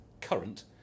current